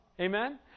Amen